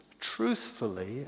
truthfully